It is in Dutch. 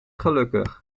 gelukkig